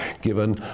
given